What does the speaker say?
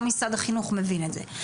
גם משרד החינוך מבין את זה.